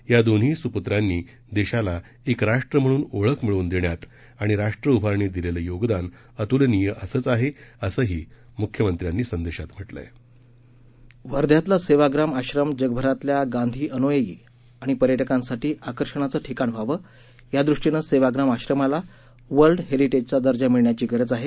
या दोन्हीही स्प्त्रांनी देशाला एक राष्ट्र म्हणून ओळख मिळवून देण्यात आणि राष्ट्र उभारणीत दिलेलं योगदान अत्लनीय असंच आहे असंही म्ख्यमंत्र्यांनी संदेशात म्हटलं आहे वध्यातला सेवाग्राम आश्रम जगभरातल्या गांधी अन्यायी आणि पर्यटकांसाठी आकर्षणाचं ठिकाण व्हावं यादृष्टीनं सेवाग्राम आश्रमाला वर्ल्ड हेरिटेजचा दर्जा मिळण्याची गरज आहे